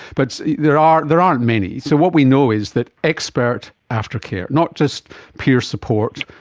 but there aren't there aren't many. so what we know is that expert after-care, not just peer support,